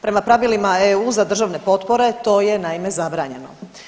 Prema pravilima EU za državne potpore to je naime zabranjeno.